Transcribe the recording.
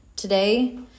Today